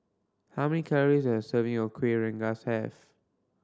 how many calories does a serving of Kueh Rengas have